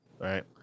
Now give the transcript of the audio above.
Right